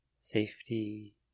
safety